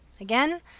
again